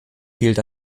fehlt